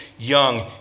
young